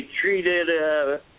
treated